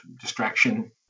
distraction